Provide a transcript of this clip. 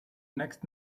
next